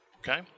Okay